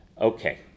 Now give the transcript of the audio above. Okay